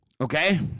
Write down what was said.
okay